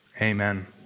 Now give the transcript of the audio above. Amen